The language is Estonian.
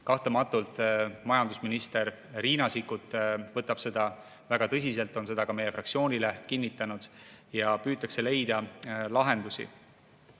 Kahtlematult võtab majandusminister Riina Sikkut seda väga tõsiselt, ta on seda ka meie fraktsioonile kinnitanud, ja püütakse leida lahendusi.